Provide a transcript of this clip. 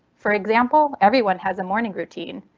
for example, everyone has a morning routine.